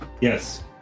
Yes